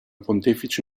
pontefice